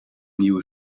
nieuwe